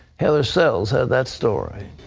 heather sells has that story.